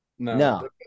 no